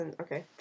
Okay